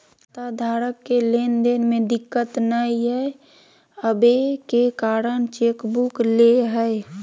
खाताधारक के लेन देन में दिक्कत नयय अबे के कारण चेकबुक ले हइ